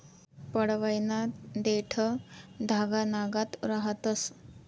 पडवयना देठं धागानागत रहातंस